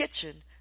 kitchen